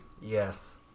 yes